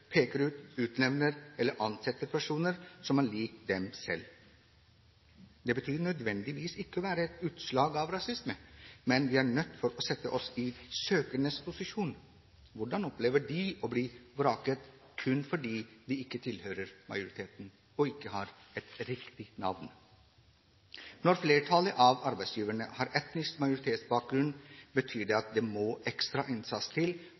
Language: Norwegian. peker ut, utnevner eller ansetter personer som er lik dem selv. Det behøver ikke nødvendigvis å være et utslag av rasisme, men vi er nødt til å sette oss i søkernes posisjon. Hvordan opplever de å bli vraket kun fordi de ikke tilhører majoriteten og ikke har et riktig navn? Når flertallet av arbeidsgiverne har etnisk majoritetsbakgrunn, betyr det at det må ekstra innsats til